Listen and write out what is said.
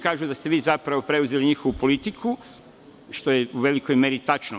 Kažu vam da ste vi zapravo preuzeli njihovu politiku, što je u velikoj meri tačno.